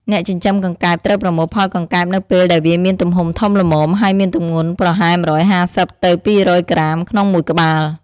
អ្នកចិញ្ចឹមកង្កែបត្រូវប្រមូលផលកង្កែបនៅពេលដែលវាមានទំហំធំល្មម ហើយមានទម្ងន់ប្រហែល ១៥០ ទៅ ២០០ ក្រាមក្នុងមួយក្បាល។